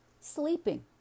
sleeping